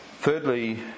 Thirdly